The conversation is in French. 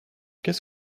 qu’est